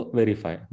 verify